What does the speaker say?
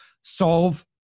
solve